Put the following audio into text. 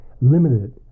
limited